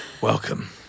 Welcome